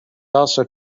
also